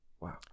Wow